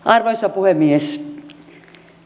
arvoisa puhemies